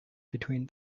between